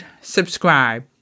subscribe